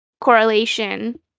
correlation